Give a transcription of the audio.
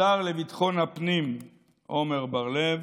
לשר לביטחון הפנים עמר בר לב